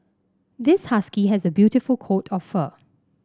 this husky has a beautiful coat of fur